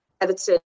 Everton